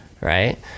right